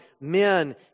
Men